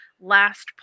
last